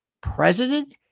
president